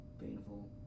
painful